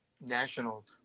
national